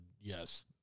yes